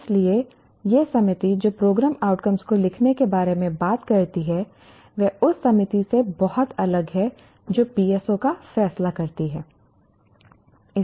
इसलिए यह समिति जो प्रोग्राम आउटकम्स को लिखने के बारे में बात करती है वह उस समिति से बहुत अलग है जो PSO का फैसला करती है